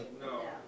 no